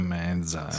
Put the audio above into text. mezza